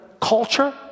culture